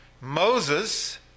Moses